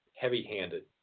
heavy-handed